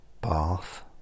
bath